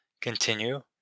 continue